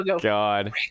god